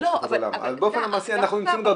השכר הממוצע של נשים חרדיות בהייטק הוא עדיין